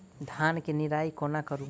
धान केँ निराई कोना करु?